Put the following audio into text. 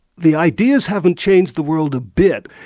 the ideas haven't changed the world a bit.